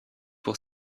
pour